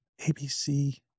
ABC